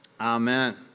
Amen